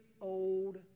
old